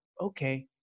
okay